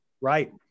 Right